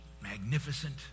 magnificent